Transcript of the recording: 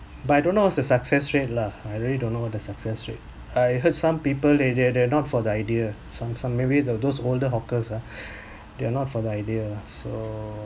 but I don't know what's the success rate lah I really don't know the success rate I heard some people they their not for the idea some some maybe those older hawkers are their not for the idea so